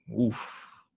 Oof